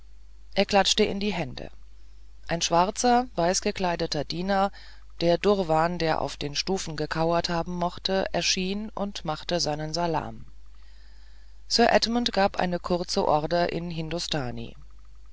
er klatschte in die hände ein schwarzer weißgekleideter diener der durwan der auf den stufen gekauert haben mochte erschien und machte seinen salam sir edmund gab eine kurze order in hindostani